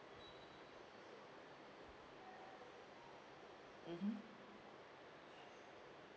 mmhmm